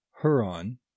Huron